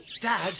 Dad